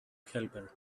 helper